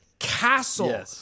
Castle